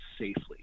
safely